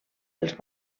els